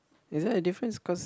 is there a difference cause